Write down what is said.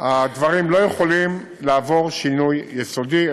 הדברים לא יכולים לעבור שינוי יסודי,